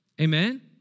Amen